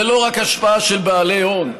זה לא רק השפעה של בעלי הון,